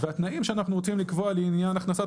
והתנאים שאנחנו רוצים לקבוע לעניין הכנסת